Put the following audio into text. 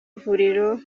ivuriro